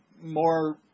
more